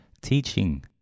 Teaching